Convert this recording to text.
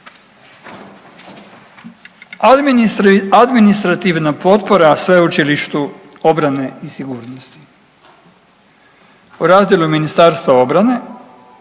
Administrativna potpora Sveučilištu obrane i sigurnosti. U razdjelu Ministarstva obrane